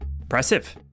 Impressive